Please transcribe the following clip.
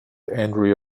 andrea